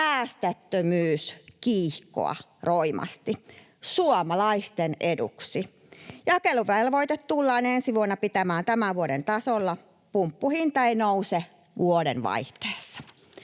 päästöttömyyskiihkoa roimasti, suomalaisten eduksi. Jakeluvelvoite tullaan ensi vuonna pitämään tämän vuoden tasolla. Pumppuhinta ei nouse vuodenvaihteessa.